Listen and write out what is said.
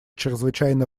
чрезвычайно